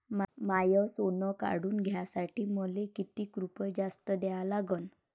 माय सोनं काढून घ्यासाठी मले कितीक रुपये जास्त द्या लागन?